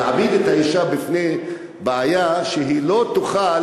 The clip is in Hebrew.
להעמיד את האישה בפני בעיה שהיא לא תוכל